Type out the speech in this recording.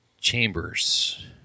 Chambers